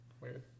Weird